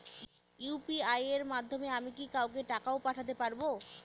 UPI এর মাধ্যমে কি আমি কাউকে টাকা ও পাঠাতে পারবো?